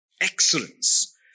Excellence